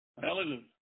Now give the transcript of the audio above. Hallelujah